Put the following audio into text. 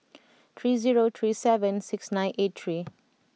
three zero three seven six nine eight three